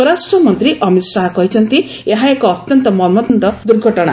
ସ୍ୱରାଷ୍ଟ୍ରମନ୍ତ୍ରୀ ଅମିତ ଶାହା କହିଛନ୍ତି ଏହା ଏକ ଅତ୍ୟନ୍ତ ମର୍ମନ୍ତୁଦ ଦୁର୍ଘଟଣା